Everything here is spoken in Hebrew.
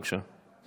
בבקשה.